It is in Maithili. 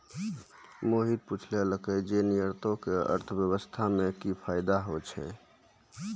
मोहित पुछलकै जे निर्यातो से अर्थव्यवस्था मे कि फायदा होय छै